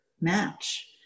match